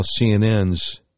CNN's